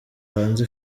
hanze